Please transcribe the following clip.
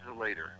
later